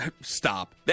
stop